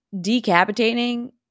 decapitating